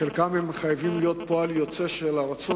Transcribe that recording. חלקם חייבים להיות פועל יוצא של הרצון